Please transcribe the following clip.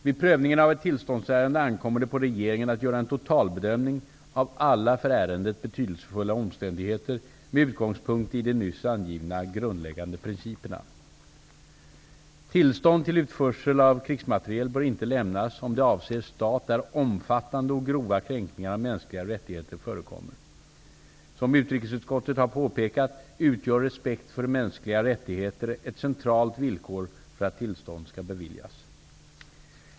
Vid prövningen av ett tillståndsärende ankommer det på regeringen att göra en totalbedömning av alla för ärendet betydelsefulla omständigheter med utgångspunkt i de nyss angivna grundläggande principerna. Tillstånd till utförsel av krigsmateriel bör inte lämnas om det avser stat där omfattande och grova kränkningar av mänskliga rättigheter förekommer. Som utrikesutskottet har påpekat utgör respekt för mänskliga rättigheter ett centralt villkor för att tillstånd skall beviljas.